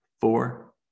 four